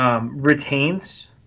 Retains